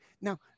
Now